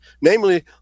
namely